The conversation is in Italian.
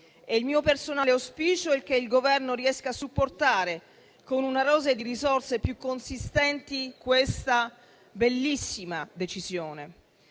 Il mio personale auspicio è che il Governo riesca a supportare, con una dose di risorse più consistenti, questa bellissima decisione.